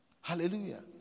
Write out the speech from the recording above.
Hallelujah